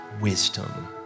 wisdom